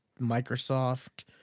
Microsoft